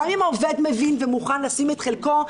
גם אם העובד מבין ומוכן לשים את חלקו,